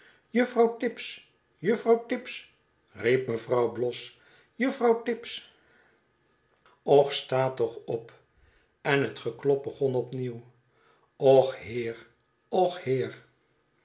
juffrouw tibbs juffrouw tibbs riep mevrouw bloss juffrouw tibbs och sta toch op en het geklop begon op nieuw och heer och heer